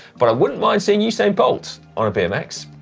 but i wouldn't mind seeing usain bolt on a bmx,